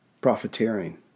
Profiteering